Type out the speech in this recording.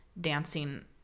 dancing